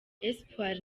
espoir